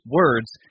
words